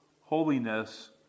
holiness